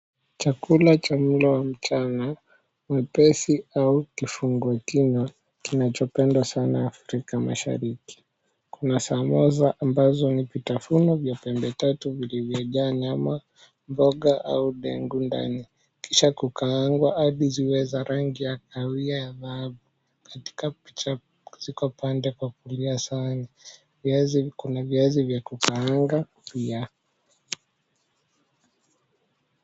Chakula cha mlo wa mchana mwepesi au kifungua kinywa kinachopendwa sana Afrika Mashariki. Kuna samoza ambazo ni vitafunio vya pembe tatu vilivyojaa nyama, mboga au dengu ndani kisha kukaangwa hadi ziwe za rangi ya kahawia ya dhahabu. Katika picha ziko pande kwa kulia sana. Viazi kuna viazi vya kukaanga kulia.